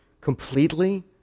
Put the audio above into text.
completely